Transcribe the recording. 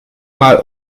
mal